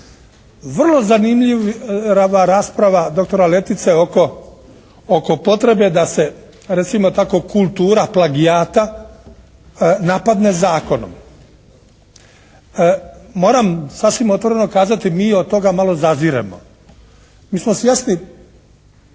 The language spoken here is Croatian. Vrlo zanimljiva rasprava doktora Letice oko potrebe da se recimo tako kultura plagijata napadne zakonom. Moram sasvim otvoreno kazati, mi od toga malo zaziremo. Mi smo svjesni